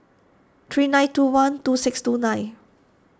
three nine two one two six two nine